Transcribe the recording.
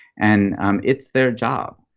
and it's their job.